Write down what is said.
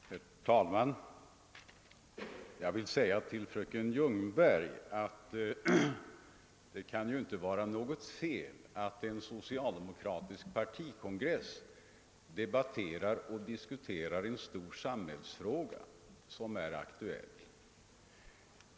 Herr talman! Det kan inte vara fel, fröken Ljungberg, att en socialdemokratisk partikongress debatterar en stor samhällsfråga.